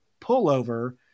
pullover